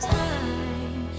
time